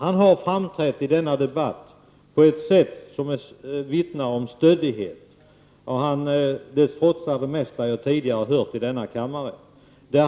Anders Nordin har i denna debatt framträtt på ett sätt som vittnar om stöddighet. Det han sagt trotsar det mesta jag tidigare hört i denna kammare.